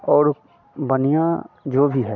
और बनिया जो भी है